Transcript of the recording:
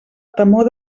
temor